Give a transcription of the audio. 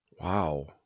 Wow